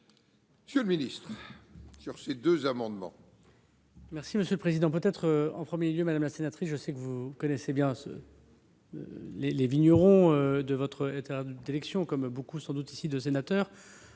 Monsieur le ministre, sur cet amendement,